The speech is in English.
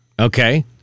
Okay